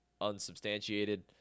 unsubstantiated